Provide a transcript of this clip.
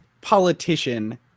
politician